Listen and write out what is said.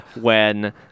When-